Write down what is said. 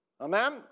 Amen